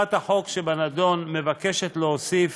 הצעת החוק שבנדון מבקשת להוסיף